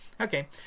Okay